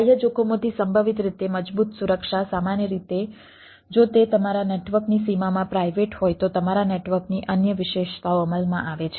બાહ્ય જોખમોથી સંભવિત રીતે મજબૂત સુરક્ષા સામાન્ય રીતે જો તે તમારા નેટવર્કની સીમામાં પ્રાઇવેટ હોય તો તમારા નેટવર્કની અન્ય વિશેષતાઓ અમલમાં આવે છે